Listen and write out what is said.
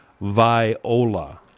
Viola